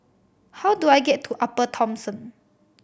how do I get to Upper Thomson